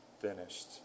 finished